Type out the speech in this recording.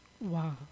Wow